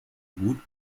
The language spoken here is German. gut